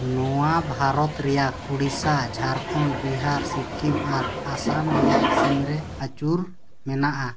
ᱱᱚᱣᱟ ᱵᱷᱟᱨᱚᱛ ᱨᱮᱭᱟᱜ ᱩᱲᱤᱥᱥᱟ ᱡᱷᱟᱲᱠᱷᱚᱸᱰ ᱵᱤᱦᱟᱨ ᱥᱤᱠᱤᱢ ᱟᱨ ᱟᱥᱟᱢ ᱨᱮᱭᱟᱜ ᱥᱤᱢᱨᱮ ᱟᱹᱪᱩᱨ ᱢᱮᱱᱟᱜᱼᱟ